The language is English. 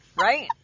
Right